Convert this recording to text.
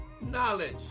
Knowledge